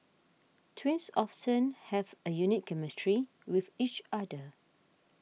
twins often have a unique chemistry with each other